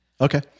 Okay